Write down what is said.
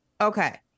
Okay